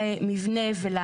זה